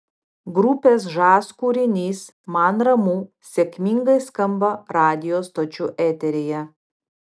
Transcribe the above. grupės žas kūrinys man ramu sėkmingai skamba radijo stočių eteryje